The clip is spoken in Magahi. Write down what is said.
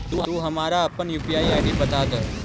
तू हमारा अपन यू.पी.आई आई.डी बता दअ